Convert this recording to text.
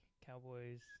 Cowboys